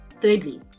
thirdly